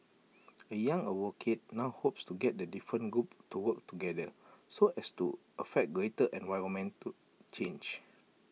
A young advocate now hopes to get the different groups to work together so as to affect greater environmental change